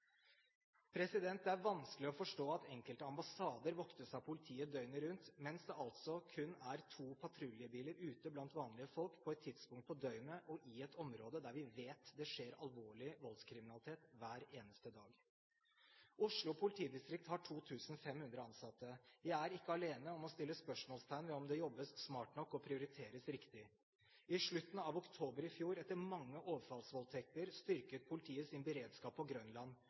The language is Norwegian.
Det er vanskelig å forstå at enkelte ambassader voktes av politiet døgnet rundt, mens det altså kun er to patruljebiler ute blant vanlige folk på et tidspunkt på døgnet og i et område der vi vet det skjer alvorlig voldskriminalitet hver eneste dag. Oslo politidistrikt har 2 500 ansatte. Jeg er ikke alene om å stille spørsmål ved om det jobbes smart nok og prioriteres riktig. I slutten av oktober i fjor, etter mange overfallsvoldtekter, styrket politiet sin beredskap på Grønland.